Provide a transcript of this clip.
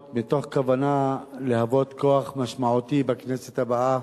מתוך כוונה להיות כוח משמעותי בכנסת הבאה.